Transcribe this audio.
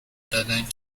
دادند